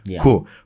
Cool